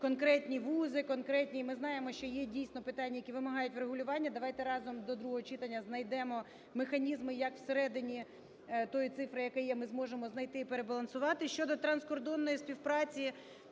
конкретні вузи, конкретні, ми знаємо, що є дійсно питання, які вимагають врегулювання, давайте разом до другого читання знайдемо механізми як в середині тої цифри, яка є ми, зможемо знайти і перебалансувати. Щодо транскордонної співпраці,